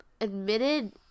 admitted